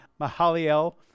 Mahaliel